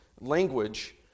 language